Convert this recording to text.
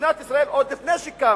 שמדינת ישראל, עוד לפני שקמה,